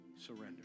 Surrender